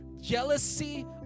jealousy